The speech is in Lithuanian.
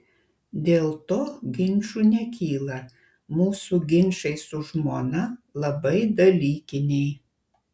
dėl to ginčų nekyla mūsų ginčai su žmona labai dalykiniai